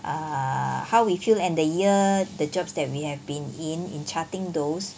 err how we feel and the year the jobs that we have been in in charting those